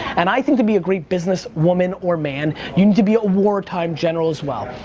and i think to be a great business woman or man you need to be a war-time general as well.